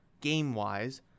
game-wise